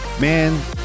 man